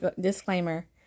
disclaimer